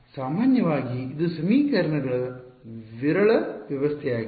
ಸಾಮಾನ್ಯವಾಗಿ ಇದು ಸಮೀಕರಣಗಳ ವಿರಳ ವ್ಯವಸ್ಥೆಯಾಗಿದೆ